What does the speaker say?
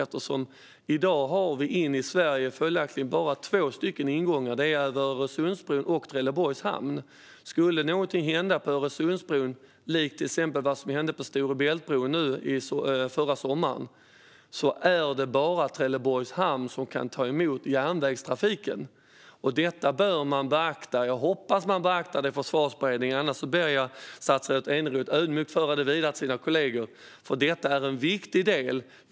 I dag har vi bara två ingångar till Sverige: över Öresundsbron och över Trelleborgs hamn. Skulle någonting hända på Öresundsbron, till exempel likt det som hände på Stora Bält-bron förra sommaren, är det bara Trelleborgs hamn som kan ta emot järnvägstrafiken. Jag hoppas att man beaktar detta i Försvarsberedningen, annars ber jag ödmjukt statsrådet Eneroth att föra det vidare till sina kollegor. Det är en viktig del.